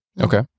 Okay